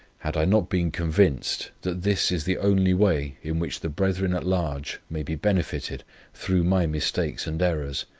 had i not been convinced, that this is the only way in which the brethren at large may be benefited through my mistakes and errors,